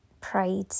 Pride